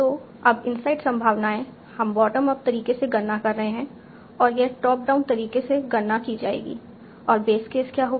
तो अब इनसाइड संभावनाएं हम बॉटम अप तरीके से गणना कर रहे हैं और यह टॉप डाउन तरीके से गणना की जाएगी और बेस केस क्या होगा